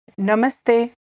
Namaste